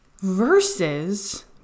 versus